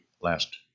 last